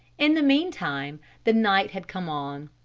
in the meantime the night had come on.